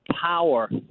power